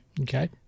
okay